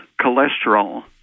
cholesterol